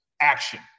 action